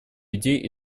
идей